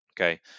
Okay